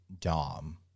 dom